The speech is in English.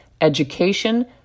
education